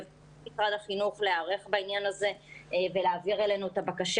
משרד החינוך צריך להיערך בעניין הזה ולהעביר אלינו את הבקשה